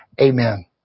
Amen